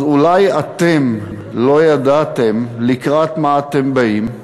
אז אולי אתם לא ידעתם לקראת מה אתם באים,